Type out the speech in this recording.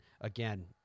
Again